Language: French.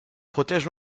protège